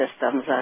systems